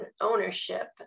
ownership